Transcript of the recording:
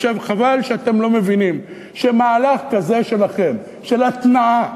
חבל שאתם לא מבינים שמהלך כזה שלכם, של התנעה,